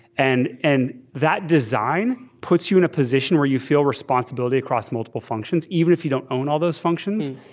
and and that design puts you in a position where you feel responsibility across multiple functions even if you don't own all those functions.